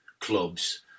clubs